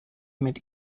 mit